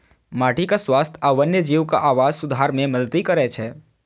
माटिक स्वास्थ्य आ वन्यजीवक आवास सुधार मे मदति करै छै